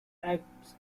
acts